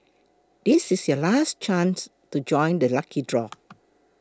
this is your last chance to join the lucky draw